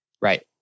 Right